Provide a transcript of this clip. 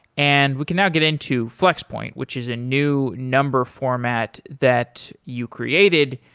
and we can now get into flex point, which is a new number format that you created.